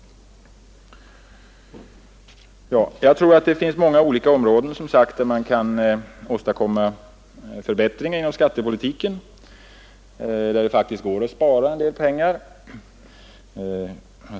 Det finns många olika områden där man kan åstadkomma förbättring ar inom skattepolitiken och där det faktiskt går att spara pengar.